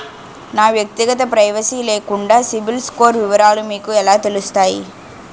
నా వ్యక్తిగత ప్రైవసీ లేకుండా సిబిల్ స్కోర్ వివరాలు మీకు ఎలా తెలుస్తాయి?